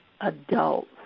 adults